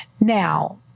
Now